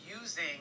using